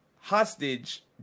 hostage